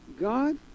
God